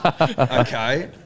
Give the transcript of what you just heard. okay